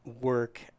work